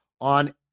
on